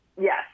Yes